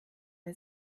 der